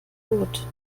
tod